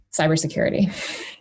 cybersecurity